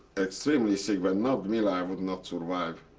extremely sick. with not mila, i would not survive.